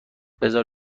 بزار